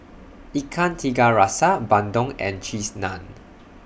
Ikan Tiga Rasa Bandung and Cheese Naan